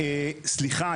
סליחה,